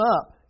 up